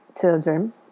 children